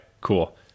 cool